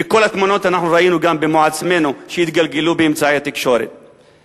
ואת כל התמונות שהתגלגלו באמצעי התקשורת גם ראינו בעצמנו.